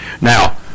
Now